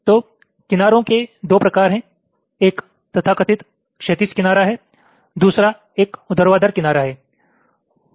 तो किनारों के 2 प्रकार हैं एक तथाकथित क्षैतिज किनारा है दूसरा एक ऊर्ध्वाधर किनारा है